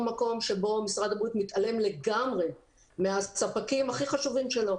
מקום שבו משרד הבריאות מתעלם לגמרי מהספקים הכי חשובים שלו.